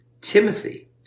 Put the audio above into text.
Timothy